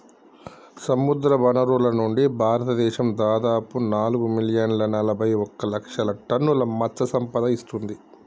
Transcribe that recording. సముద్రవనరుల నుండి, భారతదేశం దాదాపు నాలుగు మిలియన్ల నలబైఒక లక్షల టన్నుల మత్ససంపద ఇస్తుంది